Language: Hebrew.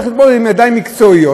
הוא צריך לבוא עם ידיים מקצועיות,